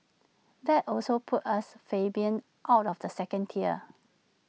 that also puts us plebeians out of the second tier